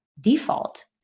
default